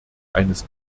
eines